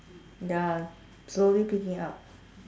ya slowly picking up